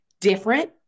different